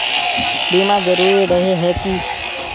बीमा जरूरी रहे है की?